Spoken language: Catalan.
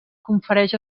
confereix